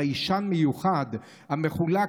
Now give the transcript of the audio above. חיישן מיוחד המחולק,